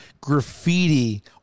graffiti